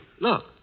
look